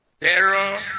terror